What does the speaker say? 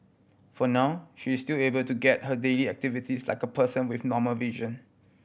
for now she is still able to get by her daily activities like a person with normal vision